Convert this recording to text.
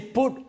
put